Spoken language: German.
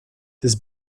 des